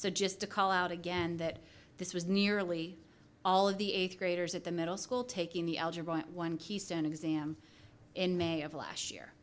so just to call out again that this was nearly all of the eighth graders at the middle school taking the algebra one keystone exam in may of last year